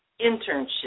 internship